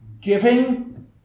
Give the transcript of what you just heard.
giving